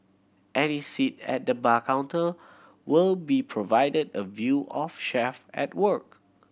any seat at the bar counter will be provided a view of chef at work